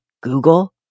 Google+